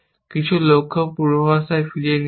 কিছু লক্ষ্য পূর্বাবস্থায় ফিরিয়ে নিয়েছি